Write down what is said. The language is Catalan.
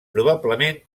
probablement